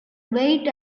wait